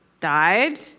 died